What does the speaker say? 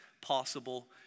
Possible